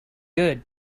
good